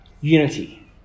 unity